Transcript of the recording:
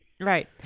Right